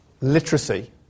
literacy